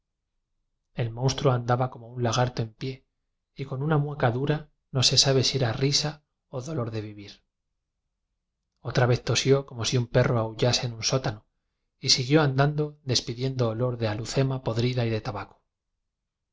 el monstruo andaba como un lagarto en pie y con una mueca dura no se sabe si era risa o dolor de v iv ir otra vez tosió como si un perro aullase en un sótano y si guió andando despidiendo olor de alhuce ma podrida y de tabaco